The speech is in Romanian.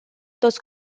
toți